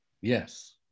Yes